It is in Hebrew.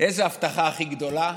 איזו הבטחה הכי גדולה